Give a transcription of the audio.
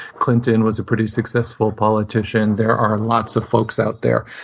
clinton was a pretty successful politician. there are lots of folks out there.